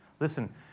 Listen